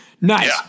Nice